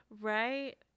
Right